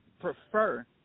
prefer